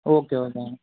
okay ஓகேங்க